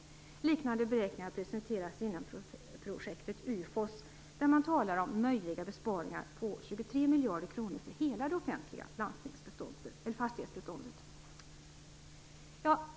Liknande beräkningar presenteras inom projektet UFOS där man talar om möjliga besparingar på 23 miljarder kronor för hela det offentliga fastighetsbeståndet.